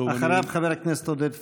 אחריו, חבר הכנסת עודד פורר.